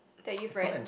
that you've read